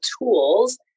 tools